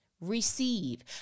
receive